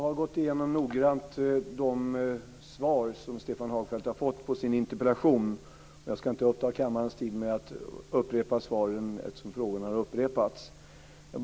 Fru talman! Jag har noggrant gått igenom de svar som Stefan Hagfeldt har fått på sin interpellation. Även om frågorna har upprepats ska jag inte uppta kammarens tid med att upprepa svaren.